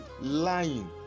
lying